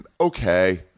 okay